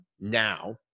now